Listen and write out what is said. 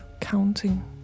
counting